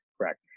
correct